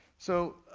so